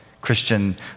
Christian